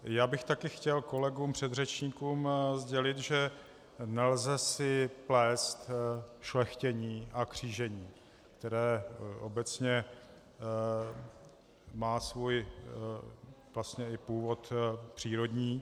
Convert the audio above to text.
Já bych také chtěl kolegům předřečníkům sdělit, že nelze si plést šlechtění a křížení, které obecně má svůj vlastně i původ přírodní.